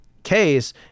case